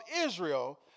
Israel